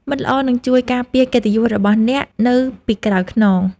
មិត្តល្អនឹងជួយការពារកិត្តិយសរបស់អ្នកនៅពីក្រោយខ្នង។